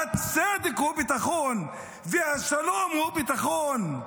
הצדק הוא ביטחון והשלום הוא ביטחון.